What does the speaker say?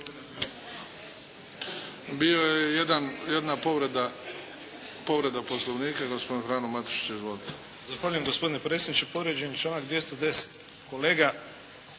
Bila je jedna povreda Poslovnika, gospodin Frano Matušić. Izvolite.